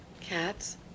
Cats